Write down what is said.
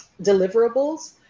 deliverables